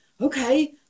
Okay